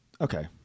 Okay